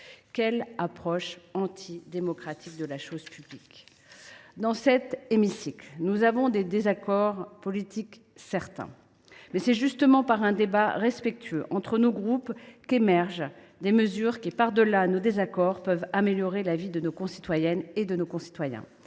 Quelle approche antidémocratique de la chose publique ! Dans cet hémicycle, nous avons des désaccords politiques certains. Toutefois, c’est justement grâce à un débat respectueux entre nos groupes qu’émergent des mesures qui, par delà nos désaccords, pourraient améliorer la vie de nos concitoyennes et de nos concitoyens.